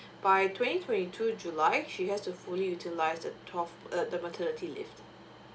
by twenty twenty two july she has to fully utilize the twelve uh the maternity leave